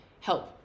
help